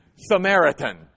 Samaritan